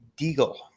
Deagle